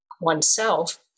oneself